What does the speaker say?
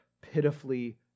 pitifully